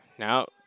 Now